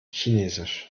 chinesisch